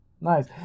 Nice